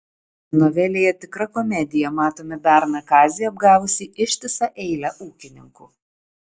novelėje tikra komedija matome berną kazį apgavusį ištisą eilę ūkininkų